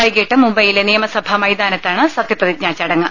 വൈകിട്ട് മുംബൈയിലെ നിയമസഭാ മൈതാനത്താണ് സത്യപ്രതിജ്ഞാ ചടങ്ങ്